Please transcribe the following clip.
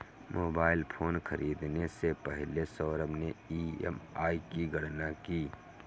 mobile phone खरीदने से पहले सौरभ ने ई.एम.आई की गणना की